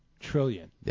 trillion